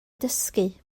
dysgu